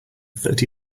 thirty